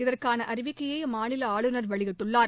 இதற்கான அறிவிக்கையை அம்மாநில ஆளுநர் வெளியிட்டுள்ளார்